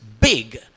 big